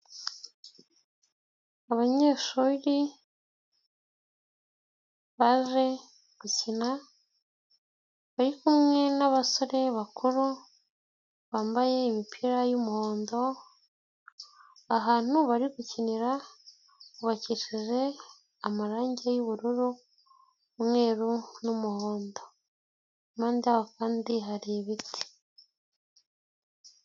Abanyeshuri baje gukina bari kumwe n'abasore bakuru bambaye imipira y'umuhondo ahantu bari gukinira hubakishije amarange y'ubururu, umweru n'umuhondo, impande yaho kandi hari ibiti.